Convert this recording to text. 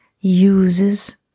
uses